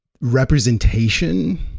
representation